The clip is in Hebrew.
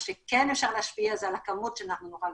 מה שכן אפשר להשפיע זה על הכמות שנוכל לייצא.